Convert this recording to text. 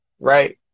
right